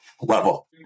level